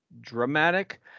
dramatic